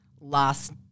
last